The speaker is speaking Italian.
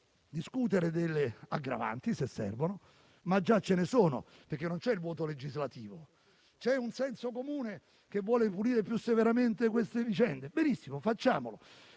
discutere delle aggravanti, se servono, ma già ce ne sono, perché non c'è il vuoto legislativo. C'è un senso comune che vuole punire più severamente queste vicende? Benissimo, facciamolo.